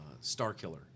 Starkiller